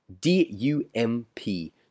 D-U-M-P